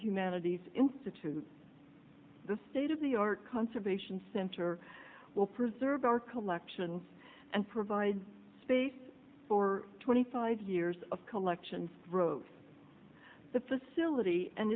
humanities institute the state of the art conservation center will preserve our collections and provide space for twenty five years of collections wrote the facility and